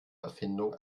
erfindung